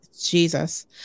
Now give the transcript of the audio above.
Jesus